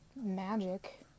magic